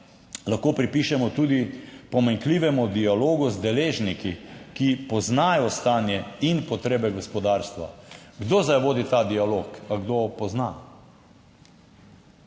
lahko pripišemo tudi pomanjkljivemu dialogu z deležniki, ki poznajo stanje in potrebe gospodarstva. Kdo zdaj vodi ta dialog? Ali kdo pozna?